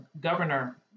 governor